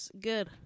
good